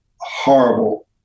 horrible